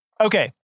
Okay